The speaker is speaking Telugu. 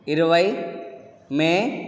ఇరవై మే